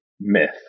myth